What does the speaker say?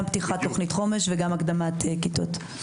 גם פתיחת תוכנית החומש וגם הקדמת כיתות.